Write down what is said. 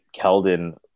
Keldon